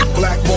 black